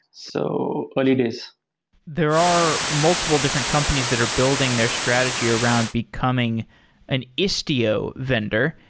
so early days there are multiple different companies that are building their strategy around becoming an istio vendor.